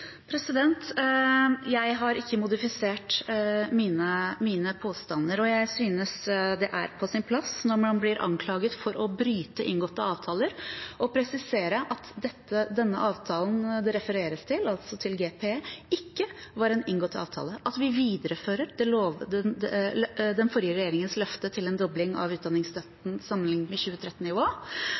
Jeg har ikke modifisert mine påstander, og jeg synes det er på sin plass når man blir anklaget for å bryte inngåtte avtaler, å presisere at denne avtalen det refereres til, altså til GPE, ikke var en inngått avtale, at vi viderefører den forrige regjeringens løfte til en dobling av utdanningsstøtten sammenlignet med